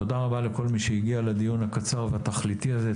תודה רבה לכל מי שהגיע לדיון הקצר והתכליתי הזה,